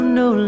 no